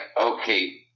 okay